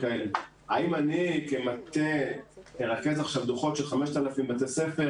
האם אני כמטה ארכז עכשיו דוחות של 5,000 בתי ספר